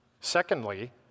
Secondly